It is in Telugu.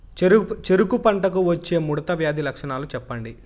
చెరుకు పంటకు వచ్చే ముడత వ్యాధి లక్షణాలు చెప్పండి?